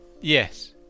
yes